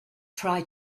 try